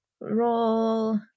Roll